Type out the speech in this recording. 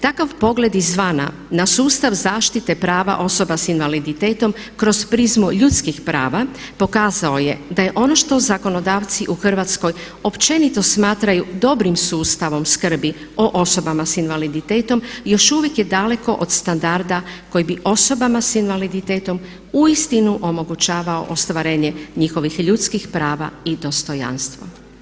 Takav pogled izvana na sustav zaštite prava osoba s invaliditetom kroz prizmu ljudskih prava pokazao je da je ono što zakonodavci u Hrvatskoj općenito smatraju dobrim sustavom skrbi o osobama s invaliditetom još uvijek je daleko od standarda koji bi osobama s invaliditetom uistinu omogućavao ostvarenje njihovih ljudskih prava i dostojanstvo.